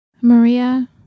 Maria